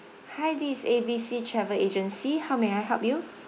hi this is A_B_C travel agency how may I help you